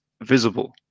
visible